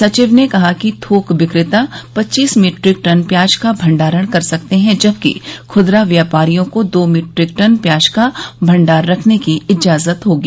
सचिव ने कहा कि थोक विक्रेता पच्चीस मीट्रिक टन प्याज का भंडारण कर सकते है जबकि खुदरा व्यापारियों को दो मीट्रिक टन का भंडार रखने की इजाजत होगी